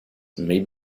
may